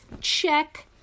check